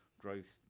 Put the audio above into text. Growth